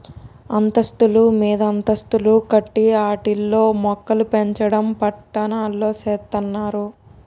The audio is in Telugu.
అంతస్తులు మీదంతస్తులు కట్టి ఆటిల్లో మోక్కలుపెంచడం పట్నాల్లో సేత్తన్నారు